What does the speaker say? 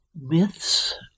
myths